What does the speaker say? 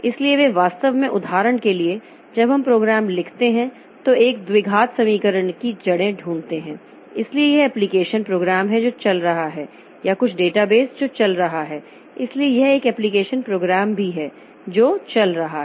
इसलिए वे वास्तव में उदाहरण के लिए जब हम प्रोग्राम लिखते हैं तो एक द्विघात समीकरण की जड़ें ढूंढते हैं इसलिए यह एप्लिकेशन प्रोग्राम है जो चल रहा है या कुछ डेटाबेस जो चल रहा है इसलिए यह एक एप्लिकेशन प्रोग्राम भी है जो चल रहा है